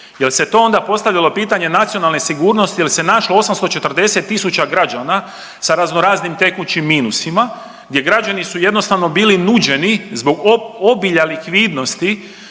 jel se to onda postavljalo pitanje nacionalne sigurnosti jel se našlo 840 tisuća građana sa razno raznim tekućim minusima gdje građani su jednostavno bili nuđeni zbog obilja likvidnosti